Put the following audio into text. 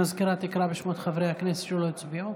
המזכירה תקרא בשמות חברי הכנסת שלא הצביעו.